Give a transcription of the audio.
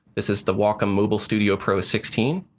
this is the wacom mobilestudio pro sixteen.